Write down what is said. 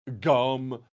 Gum